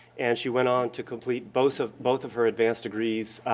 and she went on to complete both of both of her advanced degrees,